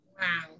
Wow